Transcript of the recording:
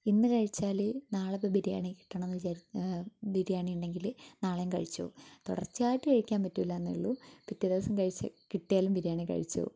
ഇന്നു കഴിച്ചാൽ നാളെ ഇപ്പം ബിരിയാണി കിട്ടണം എന്ന് ബിരിയാണി ഉണ്ടെങ്കിൽ നാളെയും കഴിച്ചു തുടർച്ചയായിട്ട് കഴിക്കാൻ പറ്റില്ലയെന്നെ ഉള്ളു പിറ്റേ ദിവസം കഴിച്ച് കിട്ടിയാലും ബിരിയാണി കഴിച്ച് പോവും